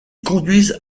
conduisent